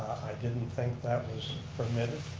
i didn't think that was permitted.